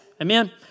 Amen